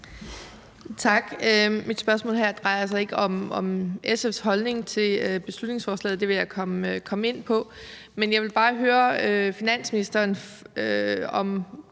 Tak. Mit spørgsmål her drejer sig ikke om SF's holdning til beslutningsforslaget. Den vil jeg komme ind på. Men jeg vil bare høre finansministeren om